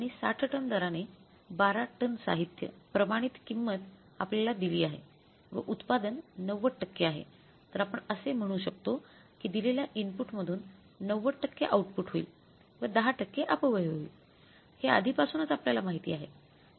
आणि 60 टन दराने 12 टन साहित्य प्रमाणित किंमत आपल्याला दिली आहे व उत्पादन 90 टक्के आहे तर आपण असे म्हणू शकतो कि दिलेल्या इनपुट मधून 90 टक्के आउटपुट होईल व १० टक्के अपव्यय होईल हे आधीपासूनच आपल्याला माहित आहे